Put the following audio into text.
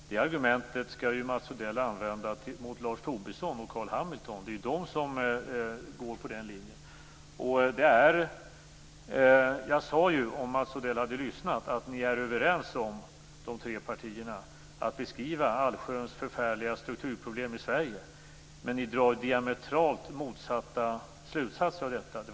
Det argumentet skall Hamilton. Det är ju de som går på den linjen. Jag sade ju - om Mats Odell hade lyssnat - att ni i de tre partierna är överens om beskrivningen av de allsköns besvärliga strukturproblemen i Sverige, men ni drar diametralt motsatta slutsatser av dessa.